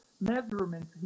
measurements